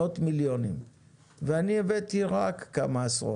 מאות מיליונים ואני הבאתי רק כמה עשרות.